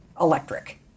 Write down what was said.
electric